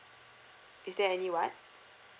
is there any what